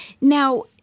Now